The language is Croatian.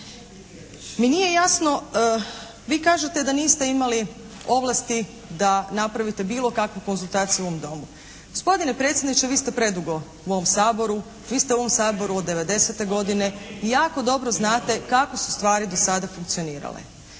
mi nije jasno. Vi kažete da niste imali ovlasti da napravite bilo kakvu konzultaciju u ovom Domu. Gospodine predsjedniče, vi ste predugo u ovom Saboru, vi ste u ovom Saboru od '90. godine i jako dobro znate kako su stvari do sada funkcionirale.